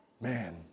Man